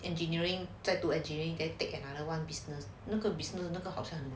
engineering 在读 engineering then take another one business business 那个 business